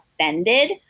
offended